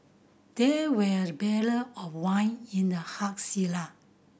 there were barrel of wine in the hug cellar